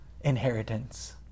inheritance